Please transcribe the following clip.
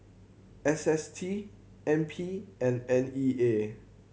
S S T N P and N E A